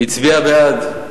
היא הצביעה בעד.